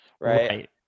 right